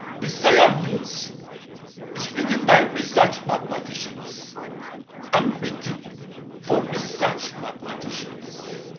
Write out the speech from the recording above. the siam news is written by research mathematicians and written for research mathematicians.